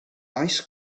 ice